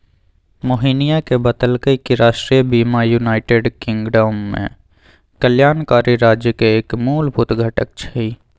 मोहिनीया ने बतल कई कि राष्ट्रीय बीमा यूनाइटेड किंगडम में कल्याणकारी राज्य के एक मूलभूत घटक हई